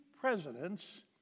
presidents